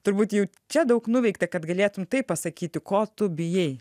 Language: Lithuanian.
turbūt jau čia daug nuveikta kad galėtum taip pasakyti ko tu bijai